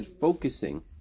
focusing